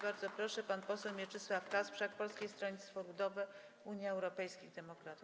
Bardzo proszę, pan poseł Mieczysław Kasprzak, Polskie Stronnictwo Ludowe - Unia Europejskich Demokratów.